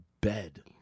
bed